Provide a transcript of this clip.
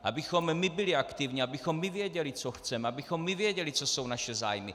Abychom my byli aktivní, abychom my věděli, co chceme, abychom my věděli, co jsou naše zájmy.